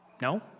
No